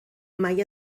mai